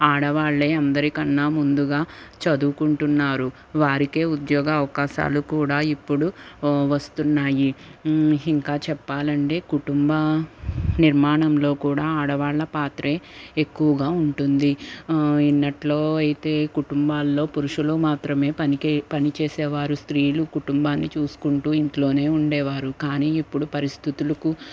ఆడవాళ్లే అందరికన్నా ముందుగా చదువుకుంటున్నారు వారికే ఉద్యోగ అవకాశాలు కూడా ఇప్పుడు వస్తున్నాయి ఇంకా చెప్పాలంటే కుటుంబ నిర్మాణంలో కూడా ఆడవాళ్ళ పాత్రే ఎక్కువగా ఉంటుంది ఇన్నట్లో అయితే కుటుంబాల్లో పురుషులు మాత్రమే పనికి పనిచేసే వారు స్త్రీలు కుటుంబాన్ని చూసుకుంటూ ఇంట్లోనే ఉండేవారు కానీ ఇప్పుడు పరిస్థితులకు